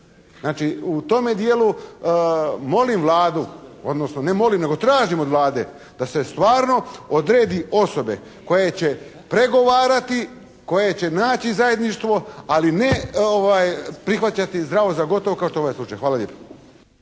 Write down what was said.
Znači u tome dijelu molim Vladu, odnosno ne molim nego tražim od Vlade da se stvarno odredi osobe koje će pregovarati, koje će naći zajedništvo, ali ne prihvaćati zdravo za gotovo kao što je ovaj slučaj. Hvala lijepo.